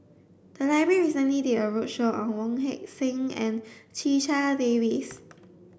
the library recently did a roadshow on Wong Heck Sing and Checha Davies